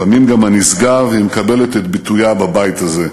לפעמים גם הנשגב, היא מקבלת את ביטויה בבית הזה.